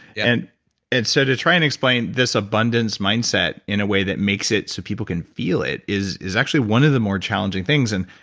and so to try and explain this abundance mindset in a way that makes it so people can feel it is is actually one of the more challenging things. and